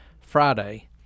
Friday